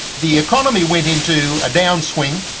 the economy went into a downswing.